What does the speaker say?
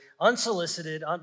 unsolicited